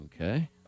Okay